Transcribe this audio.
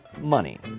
Money